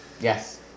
Yes